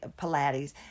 Pilates